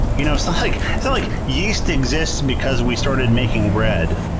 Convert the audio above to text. you know, it's not like so like yeast exists because we started making bread.